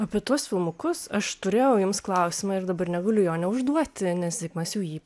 apie tuos filmukus aš turėjau jums klausimą ir dabar negaliu jo neužduoti nes zigmas jau jį